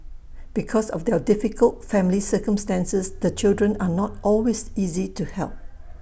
because of their difficult family circumstances the children are not always easy to help